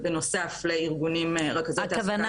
ובנוסף לארגון עם רכזות תעסוקה --- הכוונה